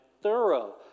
thorough